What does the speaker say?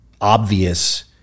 obvious